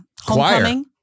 Homecoming